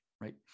right